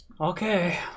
Okay